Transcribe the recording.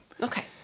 Okay